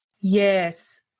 Yes